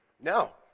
No